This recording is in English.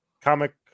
Comic